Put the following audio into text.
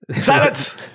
Silence